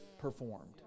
performed